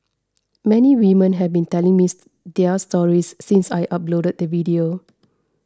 many women have been telling me their stories since I uploaded the video